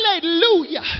Hallelujah